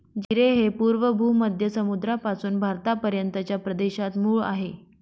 जीरे हे पूर्व भूमध्य समुद्रापासून भारतापर्यंतच्या प्रदेशात मूळ आहे